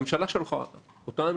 הממשלה שלחה אותם.